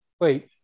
Wait